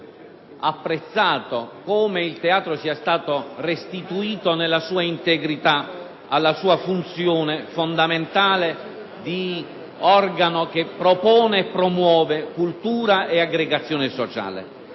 apprezzato come il Teatro sia stato restituito nella sua integrità alla sua funzione fondamentale di organo che propone e promuove cultura ed aggregazione sociale.